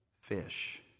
fish